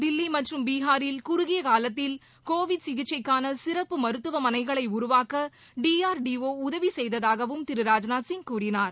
தில்லி மற்றும் பீஹாரில் குறுகிய காலத்தில் கோவிட் சிகிச்சைக்கான சிறப்பு மருத்துவமனைகளை உருவாக்க டி ஆர் டி ஓ உதவி செய்ததாகவும் திரு ராஜ்நாத்சிங் கூறினார்